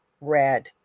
red